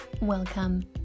Welcome